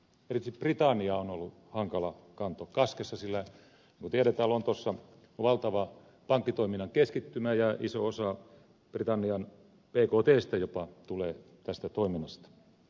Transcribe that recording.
erityisesti britannia on ollut hankala kanto kaskessa sillä niin kuin tiedetään lontoossa on valtava pankkitoiminnan keskittymä ja iso osa britannian bktstä jopa tulee tästä toiminnasta